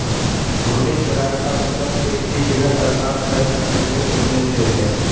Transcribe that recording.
घूर्णी चराई का मतलब एक ही जगह लगातार चराई करने से बचने से है